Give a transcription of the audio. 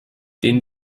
den